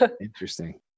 Interesting